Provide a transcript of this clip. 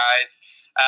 guys